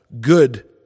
good